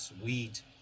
Sweet